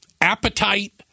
appetite